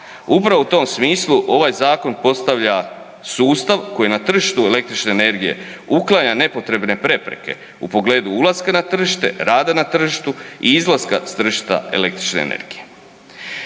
Upravo u tom smislu ovaj zakon postavlja sustav koji na tržištu električne energije uklanja nepotrebne prepreke u pogledu ulaska na tržište, rada na tržištu i izlaska s tržišta električne energije.